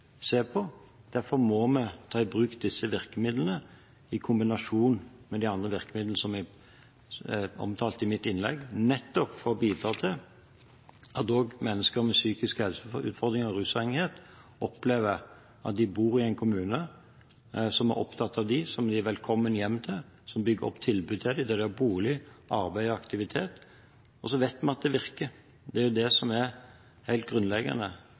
se på, og derfor må vi ta i bruk disse virkemidlene i kombinasjon med de andre virkemidlene jeg omtalte i mitt innlegg, nettopp for å bidra til at også mennesker med psykiske helseutfordringer og rusavhengighet opplever at de bor i en kommune som er opptatt av dem, som de er velkommen hjem til, som bygger opp tilbud til dem, der de har bolig, arbeid og aktivitet. Så vet vi at det virker. Det er det som er helt grunnleggende.